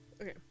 Okay